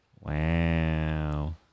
Wow